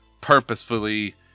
purposefully